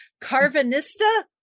Carvanista